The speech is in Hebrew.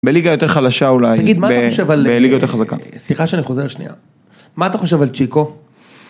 בליגה יותר חלשה אולי, בליגה יותר חזקה. סליחה שאני חוזר שנייה, מה אתה חושב על צ'יקו?